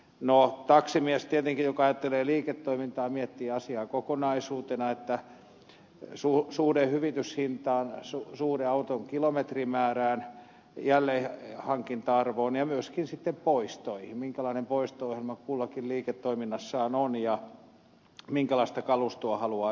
no taksimies tietenkin joka ajattelee liiketoimintaa miettii asiaa kokonaisuutena suhdetta hyvityshintaan suhdetta auton kilometrimäärään jälleenhankinta arvoon ja myöskin sitten poistoihin minkälainen poisto ohjelma kullakin liiketoiminnassaan on ja minkälaista kalustoa haluaa ylläpitää